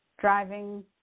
driving